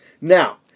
Now